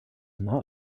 not